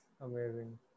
amazing